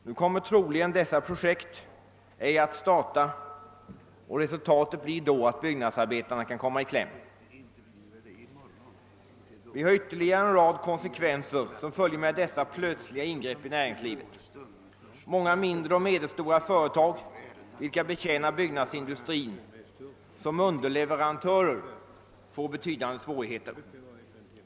Nu kommer dessa projekt troligen ej att starta, och resultatet blir då att byggnadsarbetarna kommer i kläm. Detta plötsliga ingrepp i näringslivet medför ytterligare en rad konsekvenser. Många mindre och medelstora företag vilka som underleverantörer betjänar byggnadsindustrin får betydande svårigheter.